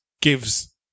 gives